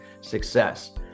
success